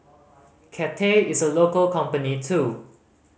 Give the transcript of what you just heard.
Cathay is a local company too